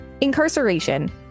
Incarceration